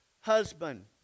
husband